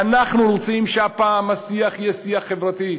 אנחנו רוצים שהפעם השיח יהיה שיח חברתי.